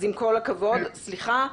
עם כל הכבוד, סליחה.